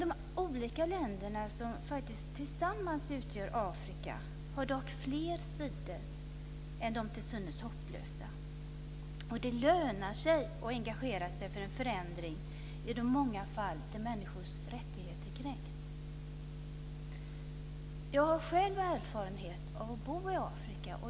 De olika länderna som tillsammans utgör Afrika har dock fler sidor än de till synes hopplösa. Det lönar sig att engagera sig för en förändring i de många fall där människors rättigheter kränks. Jag har själv erfarenhet av att bo i Afrika.